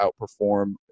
outperform